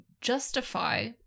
justify